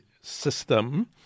system